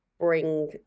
bring